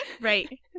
Right